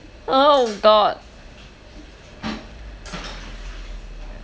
oh god